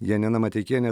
janina mateikienė